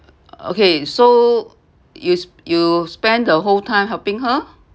okay so you you spend the whole time helping her